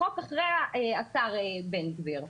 החוק אחרי השר בן גביר.